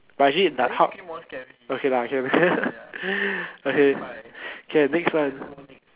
but actually like how okay lah okay okay okay next one